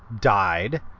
died